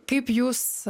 kaip jūs